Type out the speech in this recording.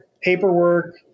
paperwork